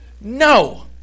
No